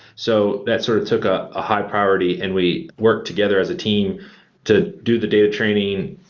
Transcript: so that sort of took ah a high priority and we worked together as a team to do the data training,